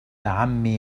عمي